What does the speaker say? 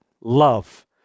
love